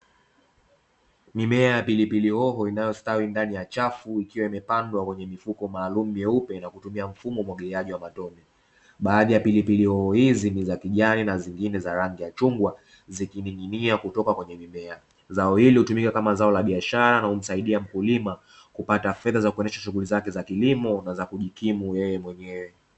Mimea ya pilipili hoho inayostawi ndani ya chafu, ikiwa imepandwa kwenye mifuko maalumu meupe na kutumia mfumo wa umwagiliaji wa matone. Baadhi ya pilipili hoho hizi ni za kijani na zingine za rangi ya chungwa zikining'inia kutoka kwenye mimea. Zao hili hutumika kama zao la biashara na humsaidia mkulima kupata fedha za kuendesha shughuli zake za kilimo na za kujikimu yeye mwenyewe.